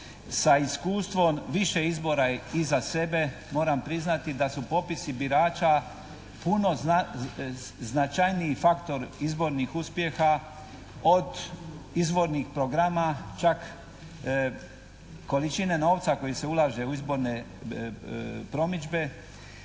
sa iskustvom više izbora iza sebe moram priznati da su popisi birača puno značajniji faktor izbornih uspjeha od izbornih programa. Čak količine novca koji se ulaže u izborne promidžbe